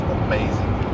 amazing